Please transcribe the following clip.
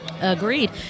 Agreed